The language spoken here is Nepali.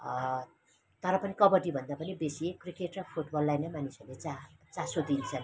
तर पनि कबड्डीभन्दा पनि बेसी क्रिकेट र फुटबललाई नै मानिसहरूले चास चासो दिन्छन्